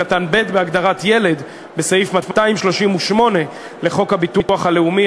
בהגדרת "ילד" בסעיף 238 לחוק הביטוח הלאומי,